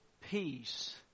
peace